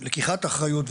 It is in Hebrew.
לקיחת אחריות,